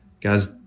Guys